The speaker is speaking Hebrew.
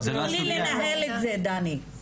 תנו לי לנהל את זה דני.